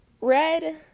Red